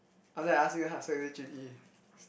after that I ask you how is it Jun-Yi